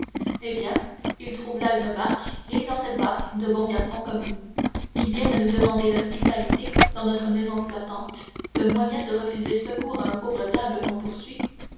eh bien ils trouvent là une barque et dans cette barque de bons garçons comme nous ils viennent nous demander l'hospitalité dans notre maison flottante le moyen de refuser secours à un pauvre diable qu'on poursuit